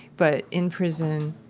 but in prison,